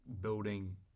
building